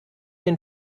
den